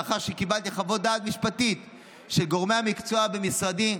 לאחר שקיבלתי חוות דעת משפטית של גורמי המקצוע במשרדי,